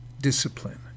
discipline